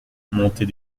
montée